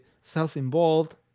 self-involved